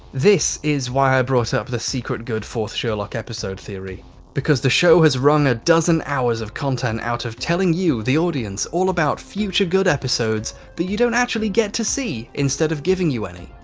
this is why i brought up the secret good fourth sherlock episode theory because the show has wrung a dozen hours of content out of telling you, the audience, all about future good episodes that you don't actually get to see, instead of giving you any.